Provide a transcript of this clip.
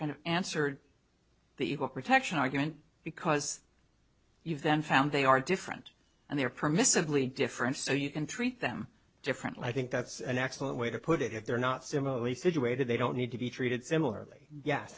kind of answered the equal protection argument because you've then found they are different and they're permissibly different so you can treat them differently i think that's an excellent way to put it if they're not similarly situated they don't need to be treated similarly yes